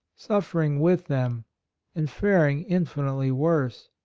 suffering with them and faring infinitely worse.